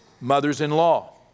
mothers-in-law